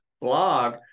blog